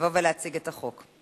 לבוא ולהציג את החוק.